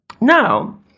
now